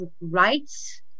rights